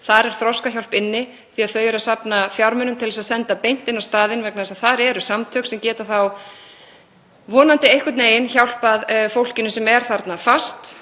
Þar er Þroskahjálp inni því þau eru að safna fjármunum til að senda beint á staðinn vegna þess að þar eru samtök sem geta þá vonandi einhvern veginn hjálpað fólkinu sem er þarna fast.